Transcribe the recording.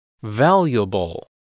Valuable